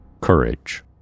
courage